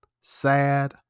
sad